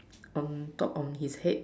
on top of his head